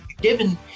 given